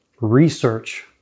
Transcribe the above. research